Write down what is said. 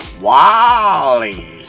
Wally